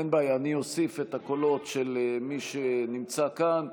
אין בעיה, אני אוסיף את הקולות של מי שנמצא כאן.